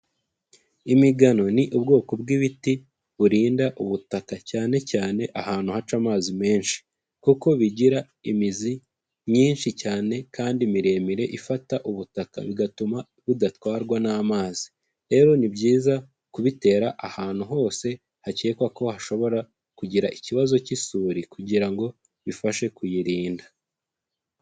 Imigano ni ubwoko bw'ibiti, burinda ubutaka, cyane cyane ahantu haca amazi menshi, kuko bigira imizi myinshi cyane, kandi miremire, ifata ubutaka, bigatuma budatwarwa n'amazi, rero ni byiza kubitera ahantu hose, hakekwa ko hashobora kugira ikibazo cy'isuri kugira ngo bifashe kuyirinda.